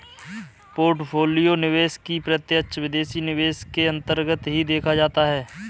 portfolio निवेश भी प्रत्यक्ष विदेशी निवेश के अन्तर्गत ही देखा जाता है